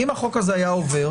אם החוק הזה היה עובר,